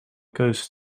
keuze